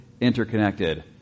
interconnected